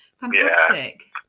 fantastic